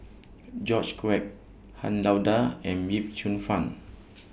George Quek Han Lao DA and Yip Cheong Fun